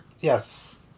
yes